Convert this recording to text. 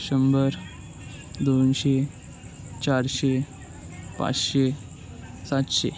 शंभर दोनशे चारशे पाचशे सातशे